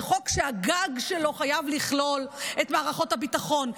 זה חוק שהגג שלו חייב לכלול את מערכות הביטחון,